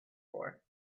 for